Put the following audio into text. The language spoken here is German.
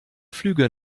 flüge